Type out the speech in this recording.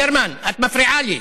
גרמן, את מפריעה לי.